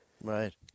Right